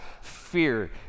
fear